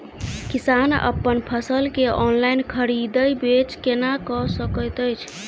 किसान अप्पन फसल केँ ऑनलाइन खरीदै बेच केना कऽ सकैत अछि?